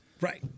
Right